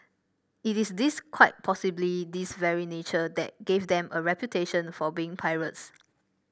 it is this quite possibly this very nature that gave them a reputation for being pirates